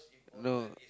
no